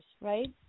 right